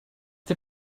der